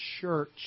church